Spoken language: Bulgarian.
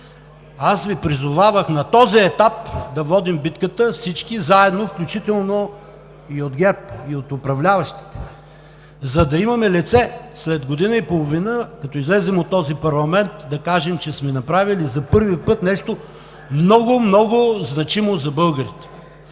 Аз Ви призовавах на този етап да водим битката всички заедно, включително и от ГЕРБ, и от управляващите, за да имаме лице след година и половина, като излезем от този парламент, да кажем, че сме направили за първи път нещо много, много значимо за българите.